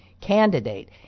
candidate